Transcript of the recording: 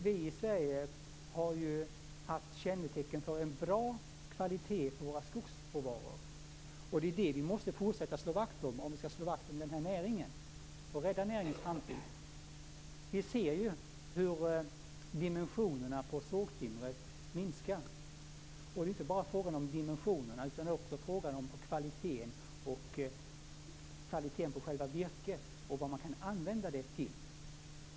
Vi i Sverige har ju kännetecknats av en bra kvalitet på våra skogsråvaror. Och det är det som vi måste fortsätta att slå vakt om, om vi skall slå vakt om och rädda denna närings framtid. Vi ser hur dimensionerna på sågtimret minskar. Det är inte bara fråga om dimensionerna, utan det är också fråga om kvaliteten på själva virket och vad man kan använda det till.